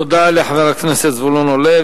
תודה לחבר הכנסת זבולון אורלב.